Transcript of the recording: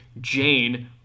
Jane